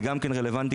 זה רלוונטי,